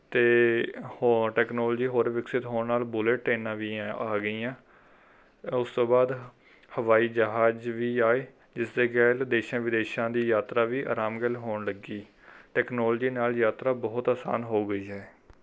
ਅਤੇ ਹੋਰ ਟੈਕਨੋਲੋਜੀ ਹੋਰ ਵਿਕਸਿਤ ਹੋਣ ਨਾਲ ਬੁੱਲੇਟ ਟ੍ਰੇਨਾਂ ਵੀ ਹੈ ਆ ਗਈਆਂ ਉਸ ਤੋਂ ਬਾਅਦ ਹਵਾਈ ਜਹਾਜ਼ ਵੀ ਆਏ ਜਿਸਦੇ ਗੈਲ ਦੇਸ਼ਾਂ ਵਿਦੇਸ਼ਾਂ ਦੀ ਯਾਤਰਾ ਵੀ ਆਰਾਮ ਗੈਲ ਹੋਣ ਲੱਗੀ ਟੈਕਨੋਲੋਜੀ ਨਾਲ਼ ਯਾਤਰਾ ਬਹੁਤ ਆਸਾਨ ਹੋ ਗਈ ਹੈ